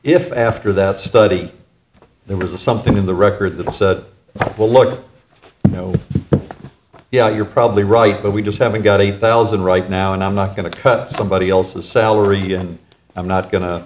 if after that study there was something in the record the said well look you know yeah you're probably right but we just haven't got a thousand right now and i'm not going to cut somebody else's salary and i'm not going to